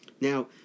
Now